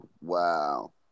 Wow